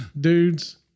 dudes